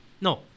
No